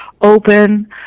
open